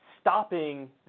stopping